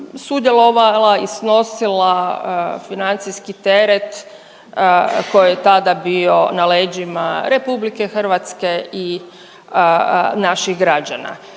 sudjelovala i snosila financijski teret koji je tada bio na leđima RH i naših građana.